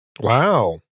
wow